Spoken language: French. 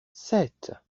sept